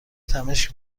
تمشک